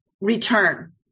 return